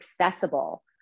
accessible